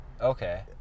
Okay